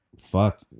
fuck